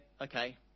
okay